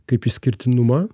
kaip išskirtinumą